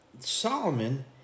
Solomon